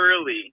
early